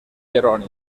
jeroni